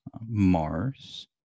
Mars